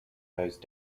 those